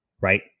right